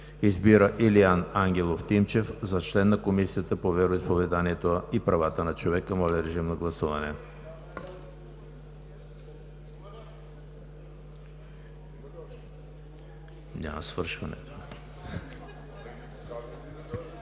Избира Илиян Ангелов Тимчев за член на Комисията по вероизповеданията и правата на човека.“ Моля, режим на гласуване.